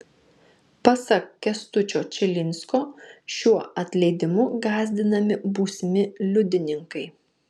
pasak kęstučio čilinsko šiuo atleidimu gąsdinami būsimi liudininkai